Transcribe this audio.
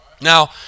now